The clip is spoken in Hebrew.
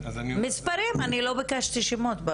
מספרים, לא ביקשתי שמות.